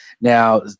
Now